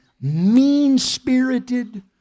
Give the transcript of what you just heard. mean-spirited